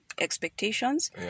expectations